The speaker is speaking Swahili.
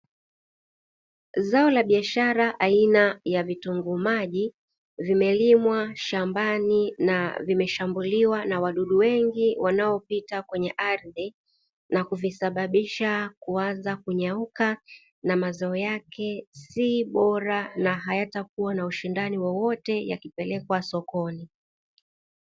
Zao la biashara aina ya vitunguu maji, vimelimwa shambani na vimeshambuliwa na wadudu wengi wanaopita kwenye ardhi na kuvisababisha kuanza kunyauka na mazao yake si bora na hayatakuwa na ushindani wowote yakipelekwa sokoni.